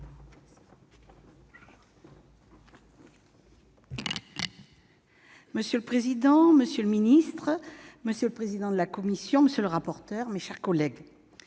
Monsieur le président, monsieur le ministre, monsieur le président de la commission, monsieur le rapporteur, dont je salue